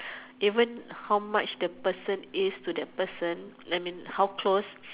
even how much the person is to that person that mean how close